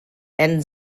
and